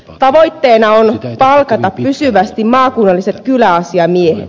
tavoitteena on palkata pysyvästi maakunnalliset kyläasiamiehet